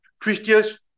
Christians